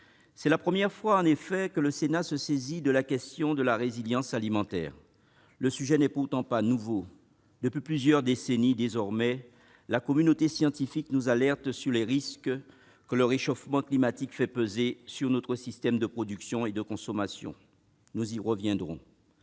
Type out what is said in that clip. C'est la première fois, en effet, que le Sénat se saisit de la question de la résilience alimentaire. Le sujet n'est pourtant pas nouveau. Depuis plusieurs décennies, la communauté scientifique nous alerte sur les risques que le réchauffement climatique fait peser sur nos systèmes de production et de consommation ; nous y reviendrons.